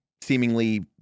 seemingly